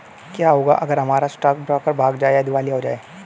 क्या होगा अगर हमारा स्टॉक ब्रोकर भाग जाए या दिवालिया हो जाये?